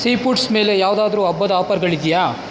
sea foods ಮೇಲೆ ಯಾವುದಾದ್ರು ಹಬ್ಬದ ಆಪರ್ಗಳಿದೆಯಾ